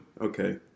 Okay